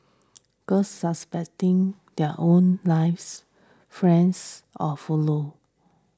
girls suspecting their own lives friends or follow